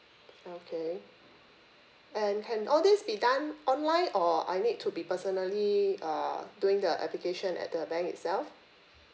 okay and can all this be done online or I need to be personally uh doing the application at the bank itself